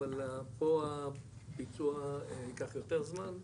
אבל פה הביצוע ייקח יותר זמן,